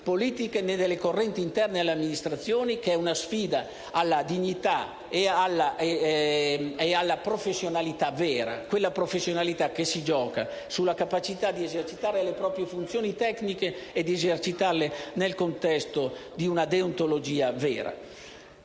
delle correnti interne alle amministrazioni. È una sfida alla dignità e alla professionalità vera: quella professionalità che si gioca sulla capacità di esercitare le proprie funzioni tecniche e di esercitarle nel contesto di una deontologia vera.